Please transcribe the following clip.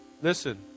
Listen